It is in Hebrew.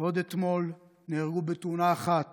עוד אתמול נהרגו בתאונה אחת